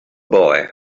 boy